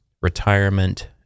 retirement